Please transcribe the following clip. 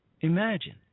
Imagine